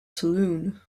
saloon